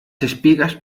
espigas